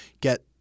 get